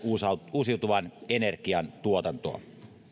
uusiutuvan energian tuotantoa